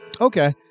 Okay